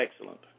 excellent